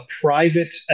private